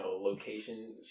location